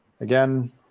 Again